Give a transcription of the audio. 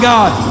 God